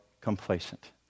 complacent